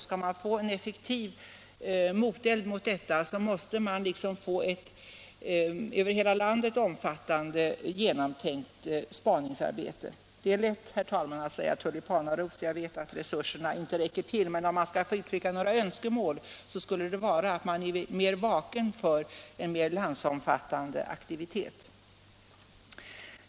Skall man anlägga en effektiv moteld, måste man bedriva ett hela landet omfattande, genomtänkt spaningsarbete. Det är lätt, herr talman, att säga tulipanaros — jag vet att resurserna inte räcker till men om jag får uttrycka ett önskemål skulle det vara att man är mera vaken för behovet av en landsomfattande aktivitet.